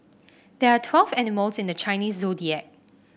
there are twelve animals in the Chinese Zodiac